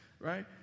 right